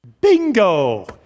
bingo